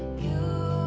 you